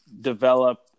develop